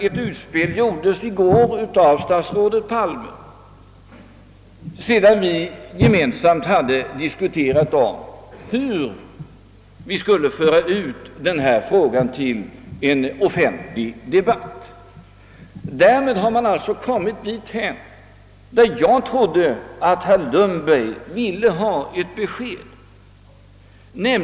Ett utspel gjordes i går av statsrådet Palme sedan vi gemensamt hade diskuterat hur vi skulle föra ut denna fråga till en offentlig debatt. Det var detta jag trodde herr Lundberg ville ha besked om.